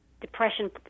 depression